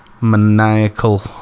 maniacal